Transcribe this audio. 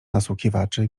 nasłuchiwaczy